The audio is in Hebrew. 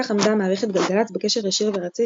כך עמדה מערכת גלגלצ בקשר ישיר ורציף